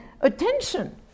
Attention